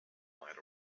might